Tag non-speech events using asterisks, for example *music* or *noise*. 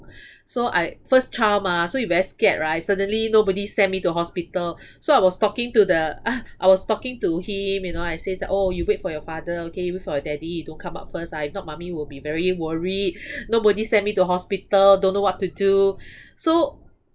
so I first child mah so you very scared right suddenly nobody send me to hospital so I was talking to the *laughs* I was talking to him you know I says that oh you wait for your father okay you wait for your daddy don't come out first ah if not mummy will be very worried nobody send me to hospital don't know what to do so